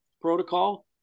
protocol